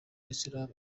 islam